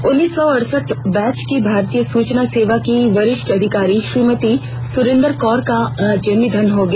उन्नीस सौ अड़सठ बैच की भारतीय सूचना सेवा की वरिष्ठ अधिकारी श्रीमती सुरिंदर कौर का आज निधन हो गया